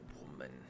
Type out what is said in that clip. woman